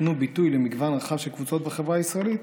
ייתנו ביטוי למגוון רחב של קבוצות בחברה הישראלית,